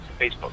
Facebook